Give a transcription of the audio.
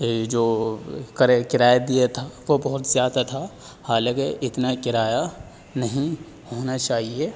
جو کرایہ دیا تھا وہ بہت زیادہ تھا حالانکہ اتنا کرایہ نہیں ہونا چاہیے